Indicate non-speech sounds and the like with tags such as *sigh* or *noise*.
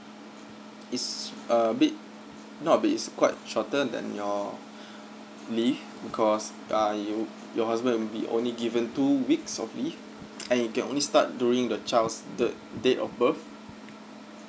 it's a bit not bit it's quite shorter than your *breath* leave because uh you your husband will be only given two weeks of leave and it can only start during the child's date date of birth